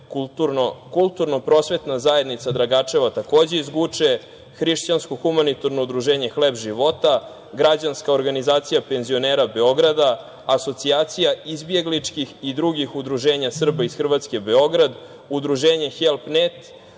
Kulturno-prosvetna zajednica „Dragačevo“ iz Guče, Hrišćansko humanitarno udruženje „Hleb života“, Građanska organizacija penzionera Beograda, Asocijacija izbjegličkih i drugih udruženja Srba iz Hrvatske, Beograd, Udruženje „Help net“,